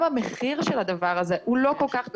גם המחיר של הדבר הזה הוא לא כל כך גבוה,